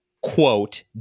quote